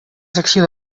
secció